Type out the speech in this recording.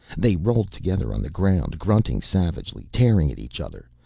they rolled together on the ground grunting savagely, tearing at each other.